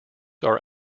are